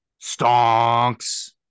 stonks